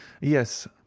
Yes